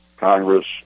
Congress